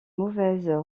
mauvaises